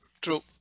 True